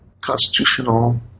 constitutional